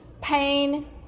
pain